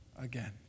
again